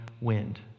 wind